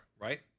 right